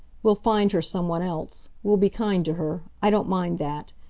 we'll find her some one else. we'll be kind to her i don't mind that.